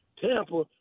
Tampa